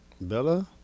Bella